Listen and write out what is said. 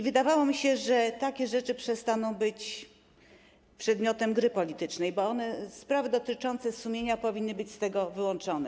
Wydawało mi się, że takie rzeczy przestaną być przedmiotem gry politycznej, bo sprawy dotyczące sumienia powinny być z tego wyłączone.